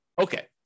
Okay